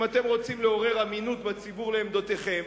אם אתם רוצים לעורר בציבור אמינות לעמדותיכם,